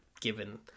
given